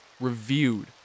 reviewed